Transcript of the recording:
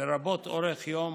לרבות אורך יום